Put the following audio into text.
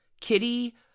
Kitty